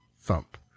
thump